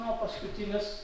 na o paskutinis